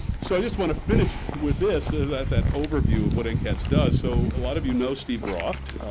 so i just want to finish with this, that that overview of what ncats does. so a lot of you know steve groft,